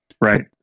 right